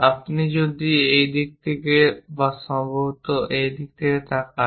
আপনি যদি এই দিক থেকে বা সম্ভবত এই দিক থেকে তাকান